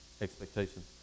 expectations